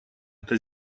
это